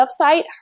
website